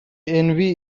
envy